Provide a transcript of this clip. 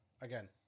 again